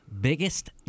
Biggest